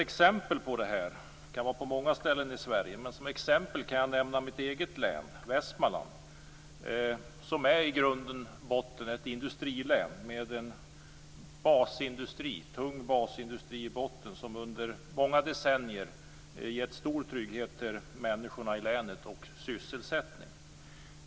Exempel på det här kan man finna på många ställen i Sverige, men jag kan nämna mitt eget län, Västmanland, som i grund och botten är ett industrilän. Där finns en tung basindustri i botten som under många decennier har gett sysselsättning och stor trygghet åt människorna i länet.